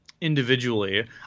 individually